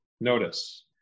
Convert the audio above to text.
Notice